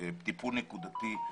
טיפול נקודתי,